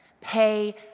pay